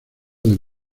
del